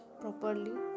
properly